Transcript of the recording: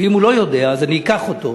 אם הוא לא יודע, אני אקח אותו.